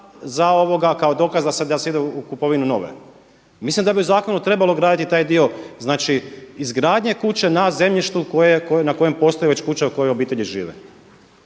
kuće kao dokaz da se ide u kupovinu nove. Mislim da bi u zakonu trebalo ugraditi taj dio, znači izgradnje kuće na zemljištu na kojem postoji već kuća u kojoj obitelji žive.